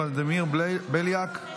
ולדימיר בליאק,